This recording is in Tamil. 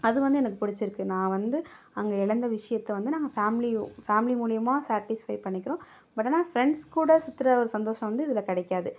அது வந்து எனக்கு பிடிச்சிருக்கு நான் வந்து அங்கே இழந்த விஷயத்த வந்து நாங்கள் ஃபேமிலியோடு ஃபேமிலி மூலயமா சாடிஸ்ஃபை பண்ணிக்கிறோம் பட் ஆனால் ஃப்ரெண்ட்ஸ் கூட சுற்றுற ஒரு சந்தோஷம் வந்து இதில் கிடைக்காது